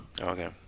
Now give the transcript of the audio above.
Okay